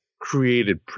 created